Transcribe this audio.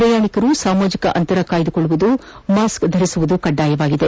ಪ್ರಯಾಣಿಕರು ಸಾಮಾಜಿಕ ಅಂತರ ಕಾಯ್ದುಕೊಳ್ಳುವುದು ಮಾಸ್ಕ್ ಧರಿಸುವುದು ಕಡ್ಡಾಯವಾಗಿದೆ